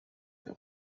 der